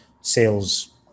sales